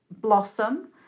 blossom